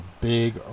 big